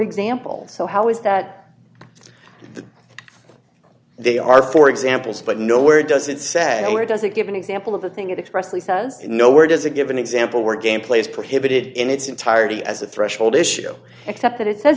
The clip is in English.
example so how is that the they are four examples but nowhere does it say where does it give an example of a thing it expressly says nowhere does it give an example where game play is prohibited in its entirety as a threshold issue except that it says